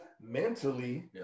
mentally